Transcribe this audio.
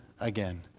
Again